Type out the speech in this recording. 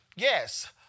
Yes